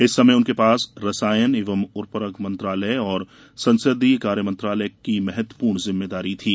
इस समय उनके पास रसायन एवं उर्वरक मंत्रालय और संसदीय कार्य की महत्वपूर्ण जिम्मेदारी थी